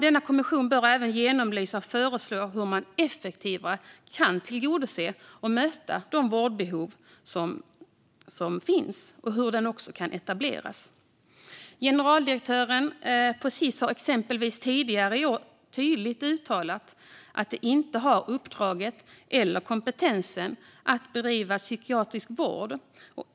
Denna kommission, fru talman, bör även genomlysa och föreslå hur man effektivare kan tillgodose och möta de vårdbehov som finns och hur detta kan etableras. Generaldirektören på Sis har exempelvis tidigare i år tydligt uttalat att Sis inte har uppdraget eller kompetensen att bedriva psykiatrisk vård.